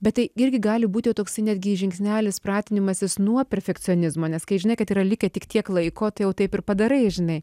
bet tai irgi gali būti toksai netgi žingsnelis pratinimasis nuo perfekcionizmo nes kai žinai kad yra likę tik tiek laiko tai jau taip ir padarai žinai